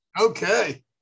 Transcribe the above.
Okay